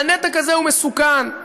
והנתק הזה הוא מסוכן,